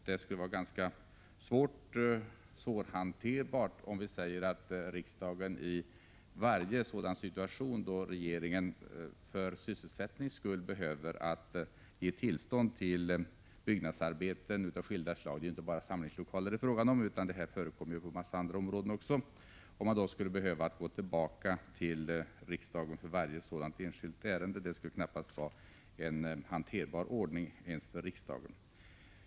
Det skulle vara ganska svårhanterbart om regeringen skulle behöva gå till riksdagen i varje situation då den för sysselsättningens skull behöver ge tillstånd för byggnadsarbeten av skilda slag — det är ju inte bara samlingslokaler det är frågan om, utan motsvarande förekommer också på en mängd andra områden. Det skulle knappast vara en ens för riksdagen hanterbar ordning.